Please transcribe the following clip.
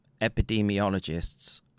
Epidemiologists